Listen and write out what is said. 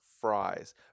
Fries